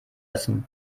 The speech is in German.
essen